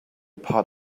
part